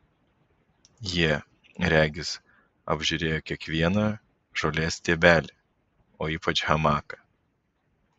jie regis apžiūrėjo kiekvieną žolės stiebelį o ypač hamaką